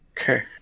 Okay